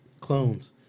Clones